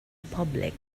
public